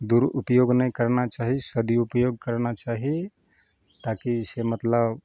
दुरुउपयोग नहि करना चाही सदुउपयोग करना चाही ताकि जे छै मतलब